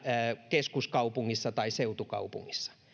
keskuskaupungissa tai seutukaupungissa